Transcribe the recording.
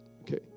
Okay